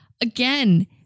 again